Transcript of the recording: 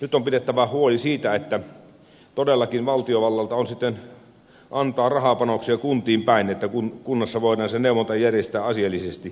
nyt on pidettävä huoli siitä että todellakin valtiovallalla on sitten antaa rahapanoksia kuntiin päin että kunnissa voidaan se neuvonta järjestää asiallisesti